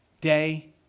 day